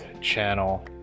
channel